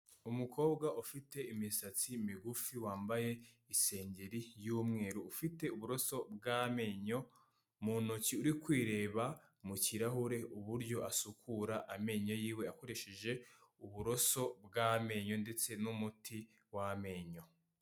Umukobwa ufite imisatsi migufi, wambaye isengeri y'umweru, ufite uburoso bw'amenyo mu ntoki, uri kwireba mu kirahure uburyo asukura amenyo yiwe akoresheje uburoso bw'amenyo ndetse n'umuti w'amenyo.